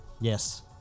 Yes